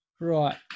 Right